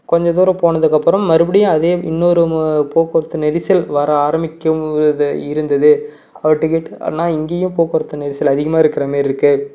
கொஞ்ச தூரம் போனதுக்கப்புறம் மறுபடியும் அதே இன்னொரு போக்குவரத்து நெரிசல் வர ஆரம்மிக்கும்போது இருந்தது அவர்கிட்ட கேட்டு அண்ணா இங்கேயும் போக்குவரத்து நெரிசல் அதிகமாக இருக்கிற மாரி இருக்கே